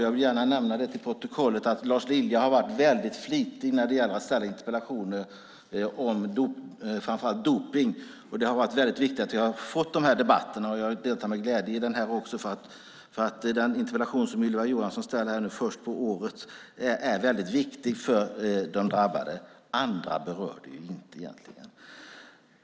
Jag vill gärna nämna för protokollet att Lars Lilja har varit väldigt flitig när det gäller att ställa interpellationer om framför allt dopning. Det har varit viktigt att vi har fått de här debatterna. Jag deltar med glädje i den här också, för den interpellation som Ylva Johansson har ställt är viktig för de drabbade - andra berör det egentligen inte.